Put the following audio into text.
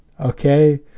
Okay